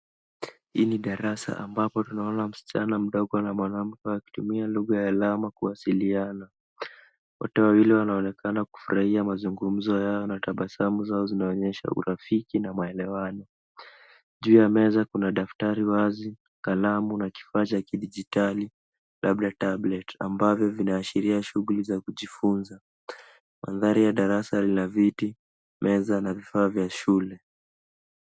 Hii ni darasa ambapo tunaona msichana mdogo na mwanamke wakitumia lugha ya alama kuwasiliana. Wote wawili wanaonekana kufurahia mazungumzo yao na tabasamu zao zinaonyesha urafiki na maelewano. Juu ya meza kuna daftari wazi, kalamu na kifaa cha kidijitali labda tablet ambavyo vinaashiria shughuli za kujifunza. Mandhari ya darasa lina viti meza na vifaa vya shule.